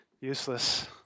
Useless